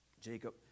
Jacob